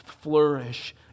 flourish